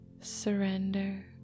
surrender